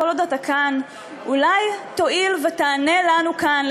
כל עוד אתה כאן אולי תואיל ותענה לנו כאן,